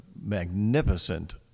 magnificent